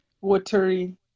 Watery